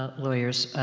ah lawyers,